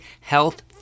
Health